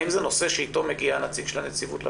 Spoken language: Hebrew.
האם זה נושא שאיתו מגיע הנציג של הנציבות לוועדה?